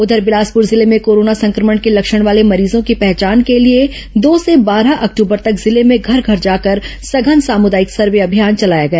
उधर बिलासपुर जिले में कोरोना संक्रमण के लक्षण वाले मरीजों की पहचान के लिए दो से बारह अक्टूबर तक जिले में घर घर जाकर सघन सामुदायिक सर्वे अभियान चलाया गया